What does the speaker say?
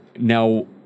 now